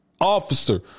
Officer